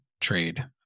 trade